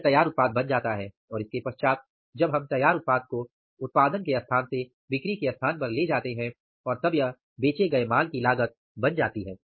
फिर यह तैयार उत्पाद बन जाता है और इसके पश्चात जब हम तैयार उत्पाद को उत्पादन के स्थान से बिक्री के स्थान पर ले जाते हैं तब यह बेचे गए माल की लागत बन जाती है